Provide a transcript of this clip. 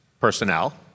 personnel